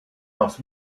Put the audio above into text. ask